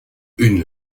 une